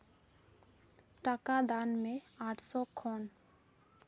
ᱴᱟᱠᱟ ᱫᱟᱱ ᱢᱮ ᱟᱴᱥᱚ ᱠᱷᱚᱱ